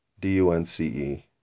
D-U-N-C-E